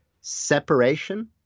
separation